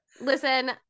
listen